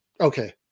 okay